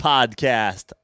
Podcast